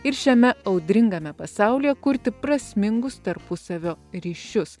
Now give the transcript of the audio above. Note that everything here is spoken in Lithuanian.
ir šiame audringame pasaulyje kurti prasmingus tarpusavio ryšius